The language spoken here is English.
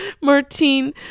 Martine